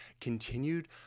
continued